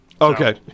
Okay